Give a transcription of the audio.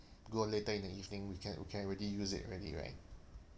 go later in the evening we can we can already use it already right